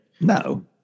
No